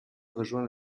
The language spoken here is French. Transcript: rejoint